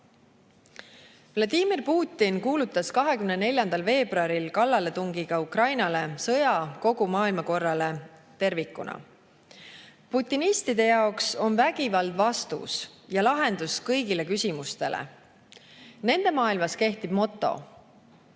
Vladimir Putin kuulutas 24. veebruaril kallaletungiga Ukrainale sõja kogu maailmakorrale tervikuna. Putinistide jaoks on vägivald vastus ja lahendus kõigile küsimustele. Nende maailmas kehtib moto: